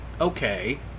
okay